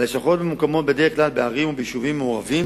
הלשכות ממוקמות בדרך כלל בערים וביישובים מעורבים,